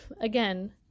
again